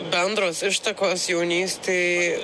bendros ištakos jaunystėj